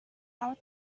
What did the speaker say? how